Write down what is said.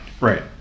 Right